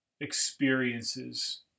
experiences